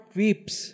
weeps